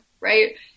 right